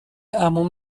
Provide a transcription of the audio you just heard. عموم